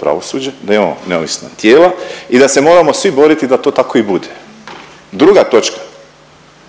pravosuđe, da imamo neovisna tijela i da se moramo svi boriti da to tako i bude. Druga točka